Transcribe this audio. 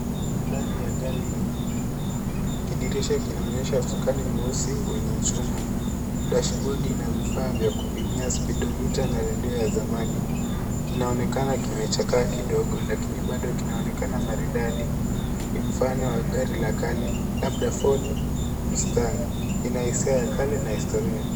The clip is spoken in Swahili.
Ndani ya gari la zamani. Kidirisha kinaonyesha usukani mweusi wenye chuma. Dashbodi ina vifaa vya kupimia spidomita na redio ya zamani. Kinaonekana kimechakaa kidogo lakini bado kinaonekana maridadi, ni mfano wa gari la kale labda Ford Mustang, ina hisia ya kale na historia.